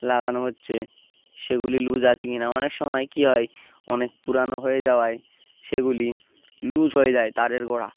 লাগানো হচ্ছে সেগুলি লুজ আছে কিনা অনেক সময় কী হয় অনেক পুরানো হয়ে যাওয়ায় সেগুলি লুজ হয়ে যায় তারের গোড়া